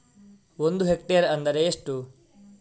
ಒಂದು ಹೆಕ್ಟೇರ್ ಎಂದರೆ ಎಷ್ಟು?